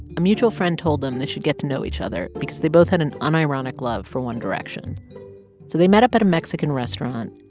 a mutual friend told them they should get to know each other because they both had an unironic love for one direction. so they met up at a mexican restaurant.